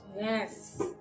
Yes